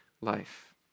life